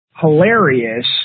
hilarious